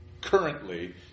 currently